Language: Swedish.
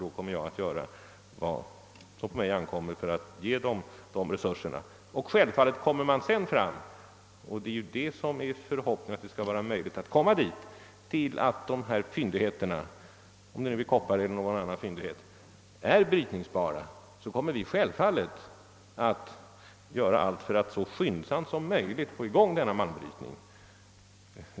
Jag kommer då att göra vad som på mig ankommer för att ge SGU de resurser som behövs. Kommer man sedan fram till att fyndigheterna, det må vara fråga om kop par eller någon annan metall, är brytningsbara — vilket vi hoppas — kommer vi självfallet att göra allt för att så skyndsamt som möjligt få i gång en malmbrytning.